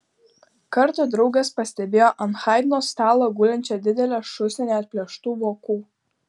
kartą draugas pastebėjo ant haidno stalo gulinčią didelę šūsnį neatplėštų vokų